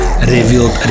Revealed